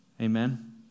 Amen